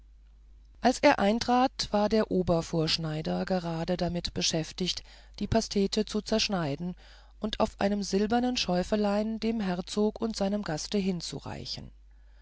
als er eintrat war der obervorschneider gerade damit beschäftigt die pastete zu zerschneiden und auf einem silbernen schäufelein dem herzog und seinem gaste hinzureichen